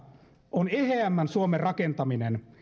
on eheämmän suomen rakentaminen